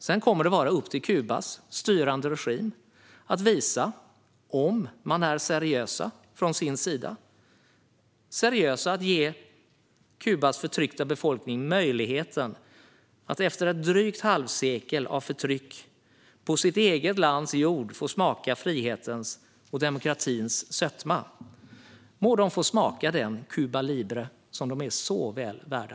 Sedan kommer det att vara upp till Kubas styrande regim att visa om den är seriös i att ge Kubas förtryckta befolkning möjligheten att efter ett drygt halvsekel av förtryck på sitt eget lands jord få smaka frihetens och demokratins sötma. Må de få smaka den Cuba Libre som de är så väl värda.